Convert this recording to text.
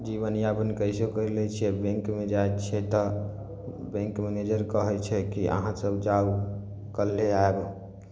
जीवन यापन कैसहु करिलै छियै बैंकमे जाइ छियै तऽ बैंक मनेजर कहै छै कि अहाँ सब जाउ कल्हे आयब